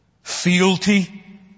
fealty